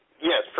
Yes